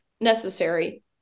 necessary